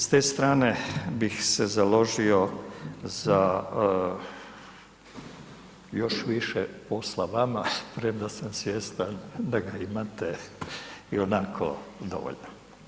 S te strane bih se založio za još više posla vama, premda sam svjestan da ga imate i onako dovoljno.